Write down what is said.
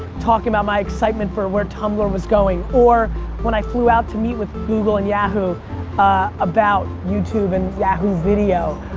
talking about my excitement for where tumblr was going, or when i flew out to meet with google and yahoo about youtube and yahoo video.